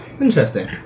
Interesting